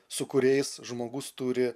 su kuriais žmogus turi